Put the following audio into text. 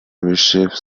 received